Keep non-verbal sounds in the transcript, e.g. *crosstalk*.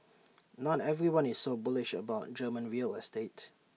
*noise* not everyone is so bullish about German real estate